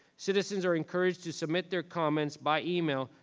citizens are encouraged to submit their comments by email,